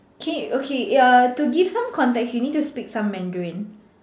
K okay ya err to give some context you need to speak some Mandarin